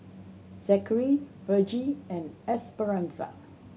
Zackery Vergie and Esperanza